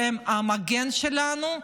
שהם המגן שלנו,